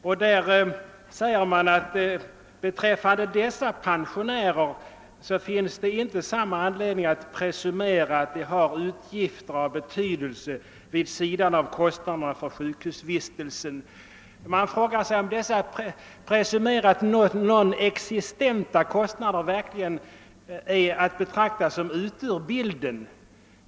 Det förutsättes beträffande dessa pensionärer att de inte har några utgifter av betydelse vid sidan av kostnaderna för sjukhusvistelsen. Man frågar sig om dessa presumerat nonexistenta kostnader verkligen är att betrakta som ute ur bilden.